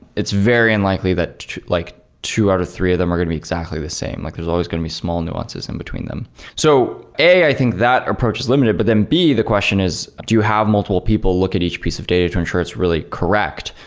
it's very unlikely that like two out of three of them are going to be exactly the same. like there's always going to be small nuances in between them so a, i think that approach is limited. but then b, the question is do you have multiple people look at each piece of data to ensure it's really correct?